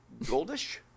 goldish